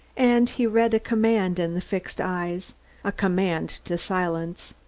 and he read a command in the fixed eyes a command to silence.